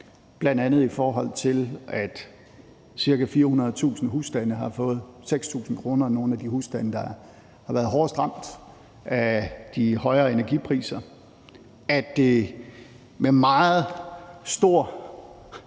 Det er bl.a. det, at ca. 400.000 husstande har fået 6.000 kr. Det er nogle af de husstande, der har været hårdest ramt af de højere energipriser. Det er efter